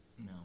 No